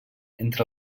entre